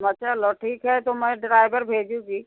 हाँ चलो ठीक है तो मैं डराइवर भेजूँगी